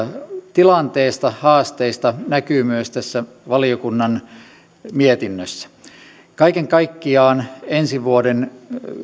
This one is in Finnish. tilanteesta haasteista näkyy myös tässä valiokunnan mietinnössä kaiken kaikkiaan ensi vuoden